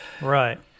Right